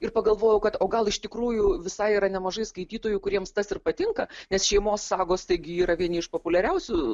ir pagalvojau kad o gal iš tikrųjų visai yra nemažai skaitytojų kuriems tas ir patinka nes šeimos sagos taigi yra vieni iš populiariausių